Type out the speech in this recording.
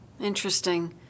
Interesting